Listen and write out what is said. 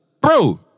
Bro